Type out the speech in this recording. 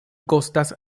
kostas